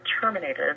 terminated